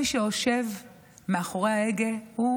מי שיושב מאחורי ההגה הוא